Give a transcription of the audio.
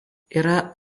yra